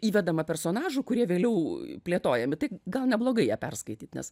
įvedama personažų kurie vėliau plėtojami tai gal neblogai ją perskaityt nes